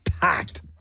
packed